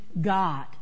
God